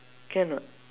can what